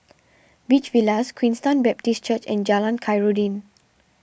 Beach Villas Queenstown Baptist Church and Jalan Khairuddin